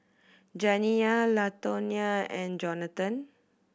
Janiyah Latonya and Jonathon